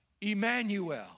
Emmanuel